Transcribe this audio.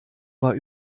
war